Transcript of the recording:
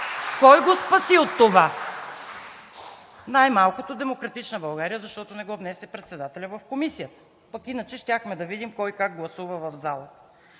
Кой го спаси от това? Най-малкото „Демократична България“, защото не го внесе председателят в Комисията, пък иначе щяхме да видим кой как гласува в залата.